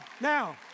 Now